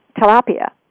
tilapia